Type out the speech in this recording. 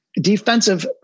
defensive